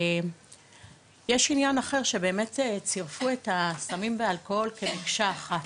יש עניין אחר שבאמת צרפו את הסמים והאלכוהול כמקשה אחת,